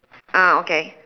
ah okay